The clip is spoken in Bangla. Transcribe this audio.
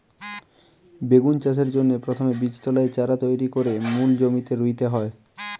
বেগুন চাষের জন্যে প্রথমে বীজতলায় চারা তৈরি কোরে মূল জমিতে রুইতে হয়